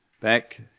back